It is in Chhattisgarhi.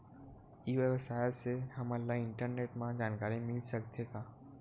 ई व्यवसाय से हमन ला इंटरनेट मा जानकारी मिल सकथे का?